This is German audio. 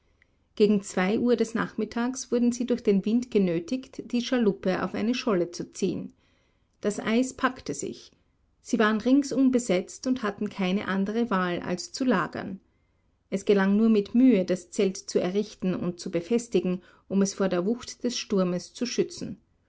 gegen zwei uhr des nachmittags wurden sie durch den wind genötigt die schaluppe auf eine scholle zu ziehen das eis packte sich sie waren ringsum besetzt und hatten keine andere wahl als zu lagern es gelang nur mit mühe das zelt zu errichten und zu befestigen um es vor der wucht des sturmes zu schützen